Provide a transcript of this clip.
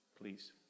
please